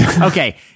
Okay